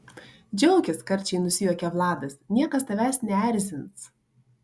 džiaukis karčiai nusijuokia vladas niekas tavęs neerzins